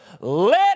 Let